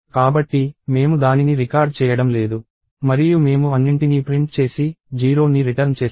కాబట్టి మేము దానిని రికార్డ్ చేయడం లేదు మరియు మేము అన్నింటినీ ప్రింట్ చేసి 0 ని రిటర్న్ చేస్తాము